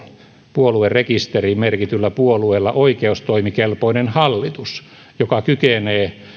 puoluerekisteriin merkityllä puolueella oikeustoimikelpoinen hallitus joka kykenee